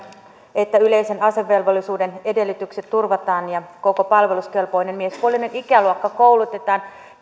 että yleisen asevelvollisuuden edellytykset turvataan ja koko palveluskelpoinen miespuolinen ikäluokka koulutetaan